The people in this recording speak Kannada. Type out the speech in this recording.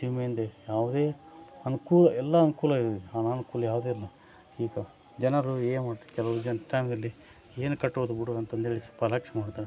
ಜೀವ ವಿಮೆಯಿಂದ ಯಾವುದೇ ಅನುಕೂಲ ಎಲ್ಲ ಅನುಕೂಲ ಇದೆ ಅನಾನುಕೂಲ ಯಾವುದೇ ಇರಲಿ ಈಗ ಜನರು ಏನು ಕಟ್ಟೋದು ಬಿಡೋದು ಅಂತ ಅಂದೇಳಿ ಸ್ವಲ್ಪ ಅಲಕ್ಷ ಮಾಡಿದ